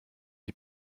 die